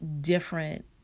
different